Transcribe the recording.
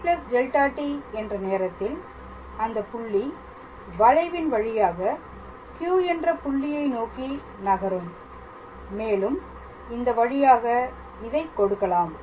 t δt என்ற நேரத்தில் அந்த புள்ளி வளைவின் வழியாக Q என்ற புள்ளியை நோக்கி நகரும் மேலும் இந்த வழியாக இதைக் கொடுக்கலாம்